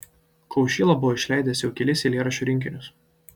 kaušyla buvo išleidęs jau kelis eilėraščių rinkinius